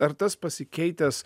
ar tas pasikeitęs